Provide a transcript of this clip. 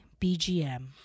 BGM